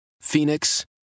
Phoenix